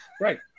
Right